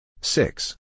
Six